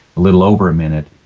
a little over a minute.